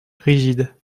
rigide